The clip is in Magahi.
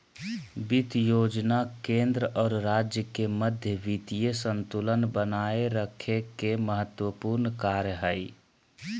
वित्त योजना केंद्र और राज्य के मध्य वित्तीय संतुलन बनाए रखे के महत्त्वपूर्ण कार्य हइ